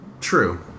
True